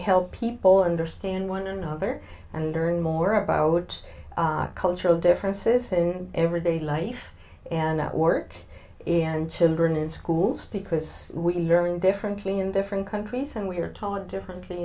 help people understand one another and learn more about cultural differences in everyday life and work and children in schools because we learn differently in different countries and we're taught differently